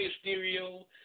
stereo